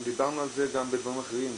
אנחנו דיברנו על זה גם בדברים אחרים,